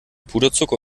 puderzucker